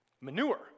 Manure